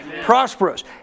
Prosperous